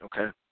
Okay